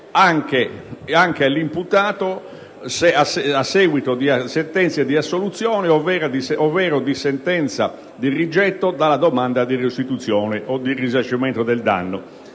anche all'imputato a seguito di sentenza di assoluzione ovvero di sentenza di rigetto della domanda di restituzione o di risarcimento del danno,